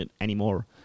anymore